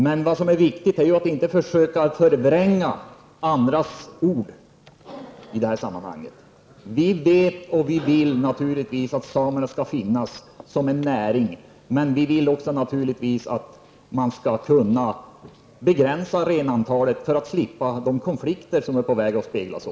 Men det är viktigt att man inte försöker förvränga andras ord i detta sammanhang. Vi vet och vill naturligtvis att rennäringen skall finnas som en näring. Men vi vill naturligtvis också att man skall kunna begränsa antalet renar för att slippa de konflikter som är på väg att inträffa.